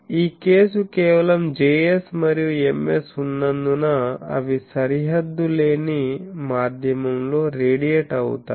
ఈ కేసు కేవలం Js మరియు Ms ఉన్నందున అవి సరిహద్దు లేని మాధ్యమంలో రేడియేట్ అవుతాయి